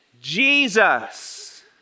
Jesus